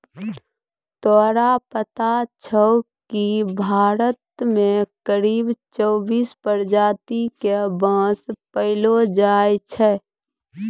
तोरा पता छौं कि भारत मॅ करीब चौबीस प्रजाति के बांस पैलो जाय छै